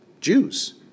Jews